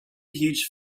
huge